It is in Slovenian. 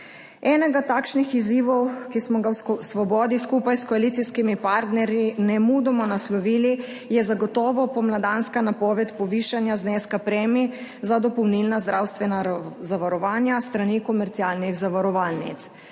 Enega takšnih izzivov, ki smo ga v Svobodi skupaj s koalicijskimi partnerji nemudoma naslovili, je zagotovo pomladanska napoved povišanja zneska premij za dopolnilna zdravstvena zavarovanja s strani komercialnih zavarovalnic.